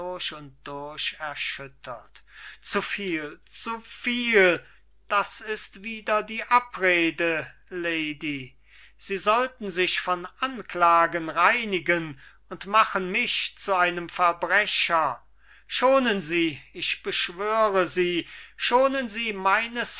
zu viel zu viel das ist wieder die abrede lady sie sollten sich von anklagen reinigen und machen mich zu einem verbrecher schonen sie ich beschwöre sie schonen sie meines